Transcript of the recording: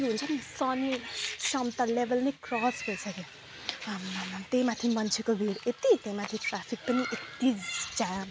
त्यो हुन्छ नि सहने क्षमता लेभल नै क्रस भइसक्यो आम्मामा त्यही माथि मान्छेको भिड यति त्यहाँ माथि ट्राफिक पनि यति जाम